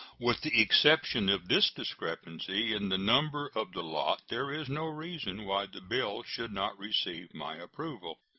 with the exception of this discrepancy in the number of the lot there is no reason why the bill should not receive my approval.